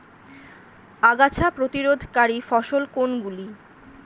আগাছা প্রতিরোধকারী ফসল কোনগুলি?